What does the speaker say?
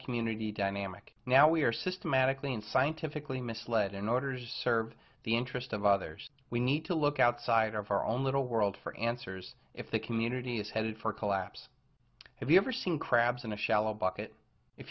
community dynamic now we are systematically and scientifically misled and orders serve the interest of others we need to look outside of our own little world for answers if the community is headed for collapse have you ever seen crabs in a shallow bucket if